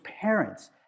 parents